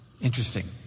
Interesting